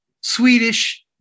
Swedish